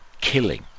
killing